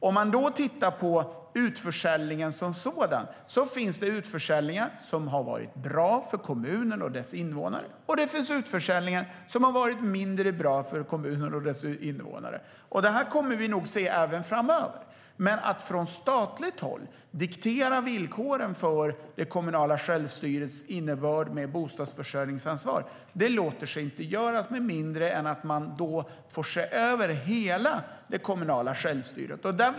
Om man ser på utförsäljningen som sådan finns det utförsäljningar som har varit bra för kommuner och dess invånare, och det finns utförsäljningar som har varit mindre bra för kommuner och dess invånare. Detta kommer vi nog att se även framöver. Men att från statligt håll diktera villkoren för det kommunala självstyrets innebörd med bostadsförsörjningsansvar låter sig inte göras med mindre än att man får se över hela det kommunala självstyret.